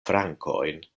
frankojn